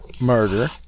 murder